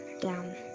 down